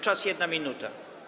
Czas - 1 minuta.